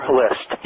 list